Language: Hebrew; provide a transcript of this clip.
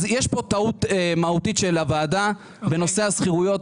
יש פה טעות מהותית של הוועדה בנושא השכירויות,